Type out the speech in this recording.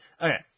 Okay